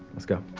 let's go.